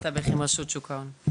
כסף.